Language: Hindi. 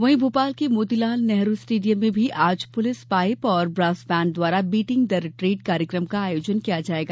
वहीं भोपाल के मोती लाल नेहरू स्टेडियम में भी आज पुलिस पाइप और ब्रांस बैंड द्वारा बीटिंग द रिट्रीट कार्यक्रम का आयोजन किया जाएगा